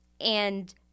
And-